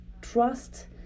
trust